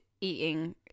eating